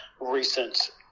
recent